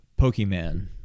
Pokemon